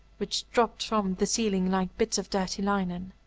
which dropped from the ceiling like bits of dirty linen